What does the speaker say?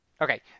Okay